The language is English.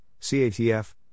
CATF